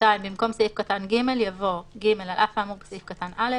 במקום סעיף קטן (ג) יבוא: "(ג) על אף האמור בסעיף קטן (א),